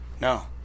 No